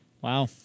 Wow